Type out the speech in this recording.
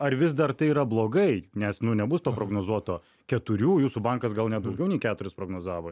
ar vis dar tai yra blogai nes nu nebus to prognozuoto keturių jūsų bankas gal net daugiau nei keturis prognozavo